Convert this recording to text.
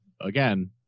again